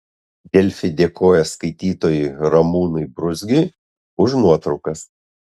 delfi dėkoja skaitytojui ramūnui bruzgiui už nuotraukas